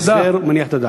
להסדר המניח את הדעת.